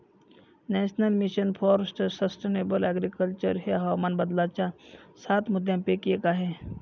national mission for sustainable agriculture हे हवामान बदलाच्या सात मुद्यांपैकी एक आहे